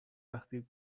وقتی